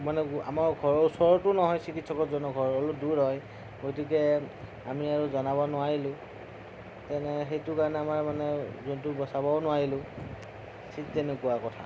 মানে আমাৰ ঘৰৰ ওচৰতো নহয় চিকিৎসকজনৰ ঘৰ অলপ দূৰ হয় গতিকে আমি আৰু জনাব নোৱাৰিলোঁ তেনে সেইটো কাৰণে আমাৰ মানে জন্তু বচাবও নোৱাৰিলোঁ ঠিক তেনেকুৱা কথা